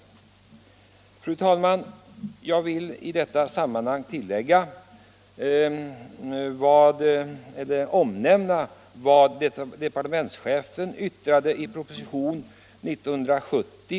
I det sammanhanget vill jag återge vad departementschefen yttrade i propositionen 84 år 1970.